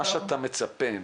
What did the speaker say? מה שאתה מצפה,